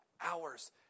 hours